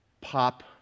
pop